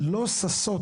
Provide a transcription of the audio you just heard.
לא ששות,